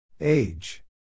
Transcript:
Age